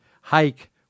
hike